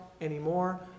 anymore